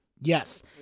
Yes